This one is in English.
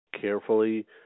carefully